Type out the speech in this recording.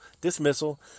dismissal